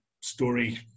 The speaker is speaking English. story